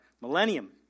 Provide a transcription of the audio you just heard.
millennium